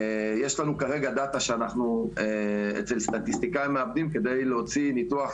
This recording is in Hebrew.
יש כרגע נתונים שאנחנו מעבדים אצל סטטיסטיקאים כדי להוציא ניתוח